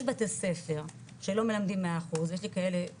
יש בתי ספר שלא מלמדים 100% ויש לי כאלה